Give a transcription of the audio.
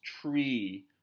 tree